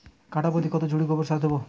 কাঠাপ্রতি কত ঝুড়ি গোবর সার দেবো?